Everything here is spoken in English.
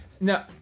No